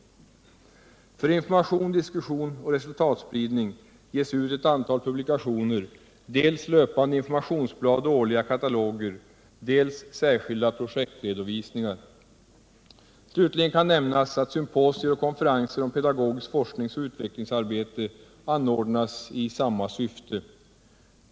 För information, diskussion och resultatspridning ges ut ett antal publikationer, dels löpande informationsblad och årliga kataloger, dels särskilda projektredovisningar. Slutligen kan nämnas att symposier och konferenser om pedagogiskt forskningsoch utvecklingsarbete anordnas i samma syfte.